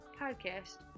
podcast